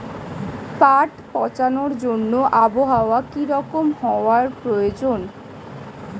পাট পচানোর জন্য আবহাওয়া কী রকম হওয়ার প্রয়োজন?